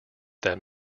that